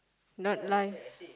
not life